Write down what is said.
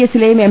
എസിലെയും M